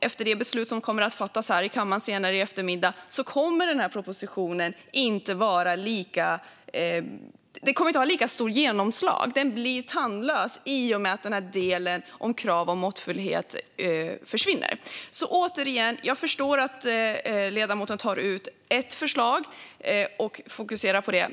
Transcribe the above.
Efter det beslut som kommer att fattas här i kammaren senare i eftermiddag kommer inte propositionen att ha lika stort genomslag. Den blir tandlös i och med att delen om krav på måttfullhet försvinner. Återigen: Jag förstår att ledamoten tar ut ett förslag och fokuserar på det.